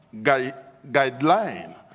guideline